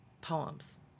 poems